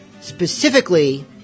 specifically